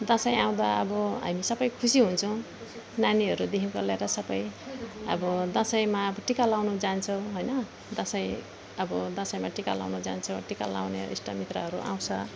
दसैँ आउँदा अब हामी सबै खुसी हुन्छौँ नानीहरूदेखिको लिएर सबै अब दसैँमा अब टिका लाउनु जान्छौँ होइन दसैँ अब दसैँमा टिका लाउनु जान्छौँ टिका लाउने इष्टमित्रहरू आउँछ